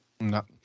No